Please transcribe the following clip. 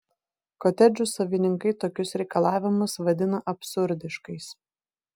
kotedžų savininkai tokius reikalavimus vadina absurdiškais